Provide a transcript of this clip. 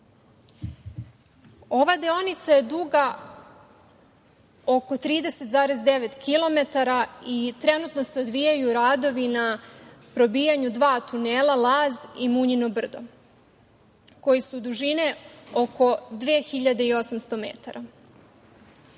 Ova deonica je duga oko 30,9 kilometara i trenutno se odvijaju radovi na probijanju dva tunela, Laz i Munjino brdo, koji su dužine oko 2800 metara.